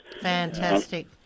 Fantastic